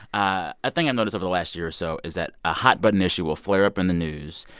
ah a thing i noticed over the last year or so is that a hot-button issue will flare up in the news,